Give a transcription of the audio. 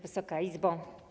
Wysoka Izbo!